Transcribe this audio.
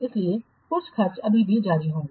इसलिए कुछ खर्च अभी भी जारी रहेंगे